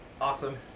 Awesome